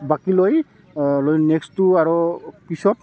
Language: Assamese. বাকি লৈ লৈ নেক্সটো আৰু পিছত